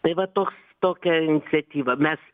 tai va toks tokia iniciatyva mes